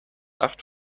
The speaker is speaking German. acht